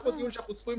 דיברנו על טיפול נקודתי.